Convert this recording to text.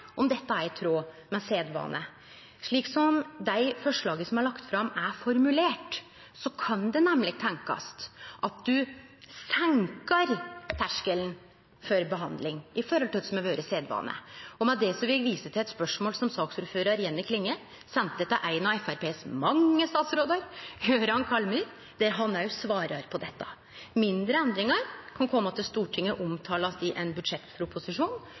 om dette er i tråd med sedvane. Slik som dei forslaga som er lagde fram, er formulerte, kan det nemleg tenkjast at ein senkar terskelen for behandling i forhold til kva som har vore sedvane. Med det vil eg vise til eit spørsmål som saksordførar Jenny Klinge sende til ein av Framstegspartiets mange statsrådar, Jøran Kallmyr, der han òg svara på dette. Mindre endringar kan kome til Stortinget og omtalast i ein budsjettproposisjon.